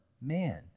man